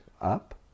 up